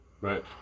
Right